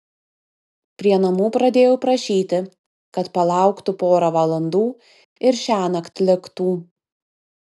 prie namų pradėjau prašyti kad palauktų porą valandų ir šiąnakt liktų